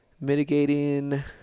mitigating